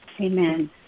Amen